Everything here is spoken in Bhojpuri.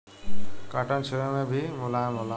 कॉटन छुवे मे भी मुलायम होला